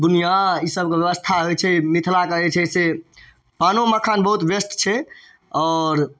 बुनिआ ई सबके बेबस्था होइ छै मिथिलाके जे छै से पानो मखान बहुत बेस्ट छै आओर